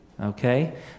okay